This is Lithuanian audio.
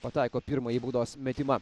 pataiko pirmąjį baudos metimą